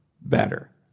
better